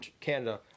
Canada